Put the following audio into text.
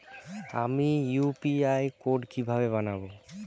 আমি UPI code কিভাবে বানাব?